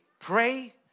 pray